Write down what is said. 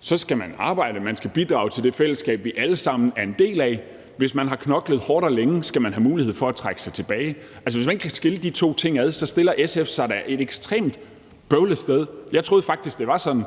skal man arbejde, og man skal bidrage til det fællesskab, vi alle sammen er en del af, og hvis man har knoklet hårdt og længe, skal man have mulighed for at trække sig tilbage. Hvis SF ikke kan skille de to ting ad, stiller SF sig da et ekstremt bøvlet sted. Jeg troede faktisk, det var sådan,